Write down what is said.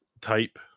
type